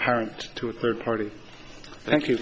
parent to a third party thank you